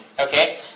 Okay